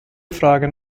fragen